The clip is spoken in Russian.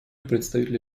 представителя